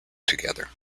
together